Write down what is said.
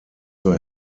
zur